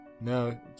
No